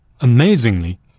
Amazingly